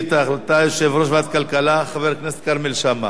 חוק לתיקון פקודת התעבורה (מס' 107),